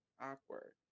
awkward